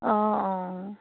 অঁ অঁ